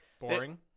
boring